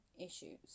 issues